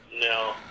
No